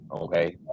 Okay